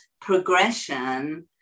progression